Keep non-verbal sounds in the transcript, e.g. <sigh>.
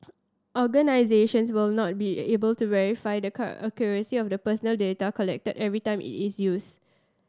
organisations will not be able to verify the <unintelligible> accuracy of personal data collected every time it is used